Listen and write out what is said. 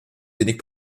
wenig